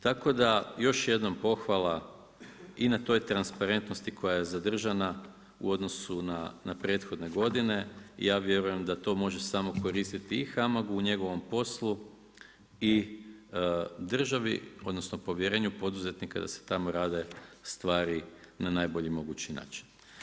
Tako da, još jednom pohvala i na toj transparentnosti koja je zadržana u odnosu na prethodne godine i ja vjerujem da to može samo koristiti i HAMAG u njegovom poslu i državi odnosno, povjerenju poduzetnika da se tamo rade stvari na najbolji mogući način.